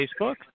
Facebook